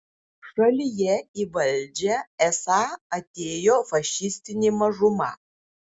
šalyje į valdžią esą atėjo fašistinė mažuma